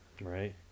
Right